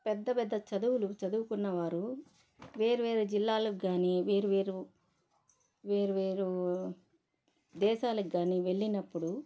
పెద్ద పెద్ద చదువులు చదువుకున్న వారు వేరు వేరు జిల్లాలు కాని వేరు వేరు వేరు వేరు దేశాలు కాని వెళ్ళినప్పుడు